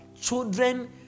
Children